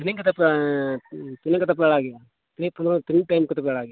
ᱛᱤᱱᱟᱹᱜ ᱠᱟᱛᱮᱫ ᱯᱮ ᱛᱤᱱᱟᱹᱜ ᱠᱟᱛᱮ ᱯᱮ ᱟᱲᱟᱜᱮᱜᱼᱟ ᱛᱤᱱᱟᱹᱜ ᱴᱟᱭᱤᱢ ᱠᱚᱛᱮ ᱯᱮ ᱟᱲᱟᱜᱮᱜᱼᱟ